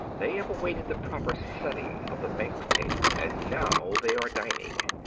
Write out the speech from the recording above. they have awaited the proper setting of the banquet table and now they are dining.